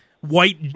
white